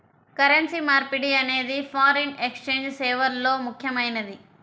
currency మార్పిడి అనేది foreign exchange సేవల్లో ముఖ్యమైనది